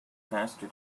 faster